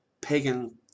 pagan